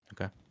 Okay